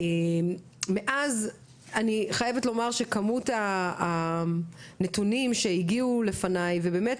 אני חייבת לומר שכמות הנתונים שהגיעו אליי ובאמת,